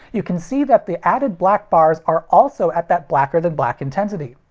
you can see that the added black bars are also at that blacker than black intensity.